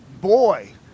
boy